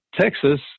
Texas